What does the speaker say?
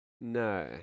No